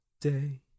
day